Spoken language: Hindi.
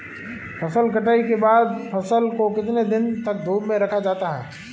फसल कटाई के बाद फ़सल को कितने दिन तक धूप में रखा जाता है?